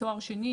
עם תואר שני,